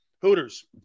Hooters